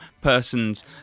person's